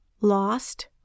lost